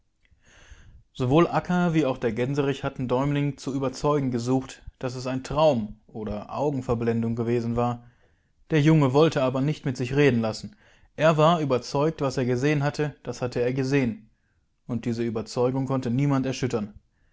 sowohl akka wie auch der gänserich hatten däumling zu überzeugen gesucht daß es ein traum oder augenverblendung gewesen war der junge wollte aber nicht mit sich reden lassen er war überzeugt was er gesehen hatte das hatte er gesehen und diese überzeugung konnte niemand erschüttern